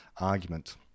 argument